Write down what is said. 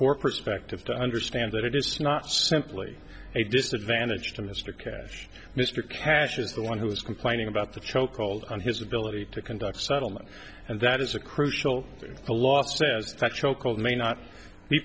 for perspective to understand that it is not simply a disadvantage to mr catch mr cash is the one who is complaining about the choke hold on his ability to conduct settlement and that is a crucial thing the law says talk show called may not